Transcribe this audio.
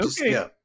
okay